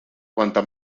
cuanta